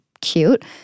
cute